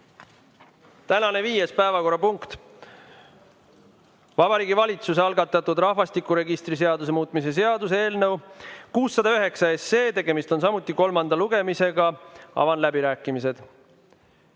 Tänane viies päevakorrapunkt: Vabariigi Valitsuse algatatud rahvastikuregistri seaduse muutmise seaduse eelnõu 609, tegemist on samuti kolmanda lugemisega. Avan läbirääkimised.